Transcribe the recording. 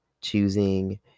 choosing